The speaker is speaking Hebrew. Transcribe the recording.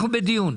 אנחנו בדיון.